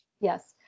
Yes